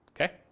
okay